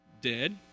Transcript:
Dead